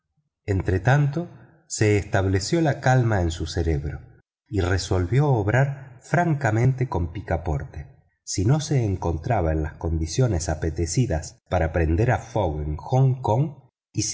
tomar entretanto se estableció la calma en su cerebro y resolvió obrar francamente con picaporte si no se enconraba en las condiciones apetecidas para prender a fogg en hong kong